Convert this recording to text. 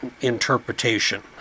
interpretation